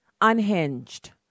unhinged